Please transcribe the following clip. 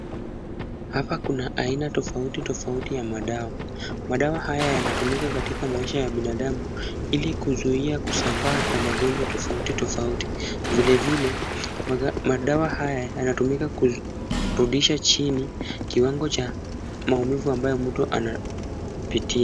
Hapa kuna aina tofauti tofauti ya madawa. Madawa haya yanatumika katika maisha ya binadamu ili kuzuia kusambaa kwa magonjwa tofauti tofauti. Vilevile madawa haya yanatumika kurudisha chini kiwango cha maumivu ambayo mtu anapitia.